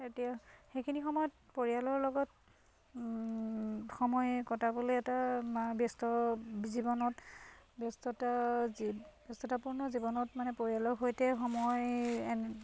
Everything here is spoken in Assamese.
এতিয়া সেইখিনি সময়ত পৰিয়ালৰ লগত সময় কটাবলৈ এটা ব্যস্ত জীৱনত ব্যস্ততা ব্যস্ততাপূৰ্ণ জীৱনত মানে পৰিয়ালৰ সৈতে সময় এনে